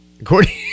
According